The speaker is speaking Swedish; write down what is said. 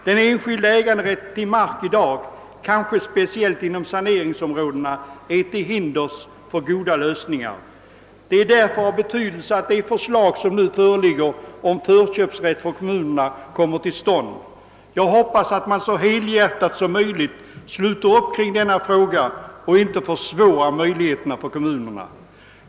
Den enskilda äganderätten till marken är i dag, kanske speciellt inom saneringsområdena, till hinder för goda lösningar. Det är därför av betydelse att den förköpsrätt för kommunerna som nu föreslås kommer till stånd. Jag hoppas att man sluter upp så helhjärtat som möjligt kring detta förslag och inte försvårar situationen för kommunerna.